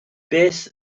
beth